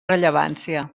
rellevància